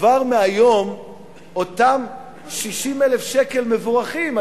כבר מהיום אותם 60,000 שקל מבורכים,